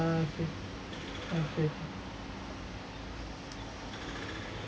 ah okay okay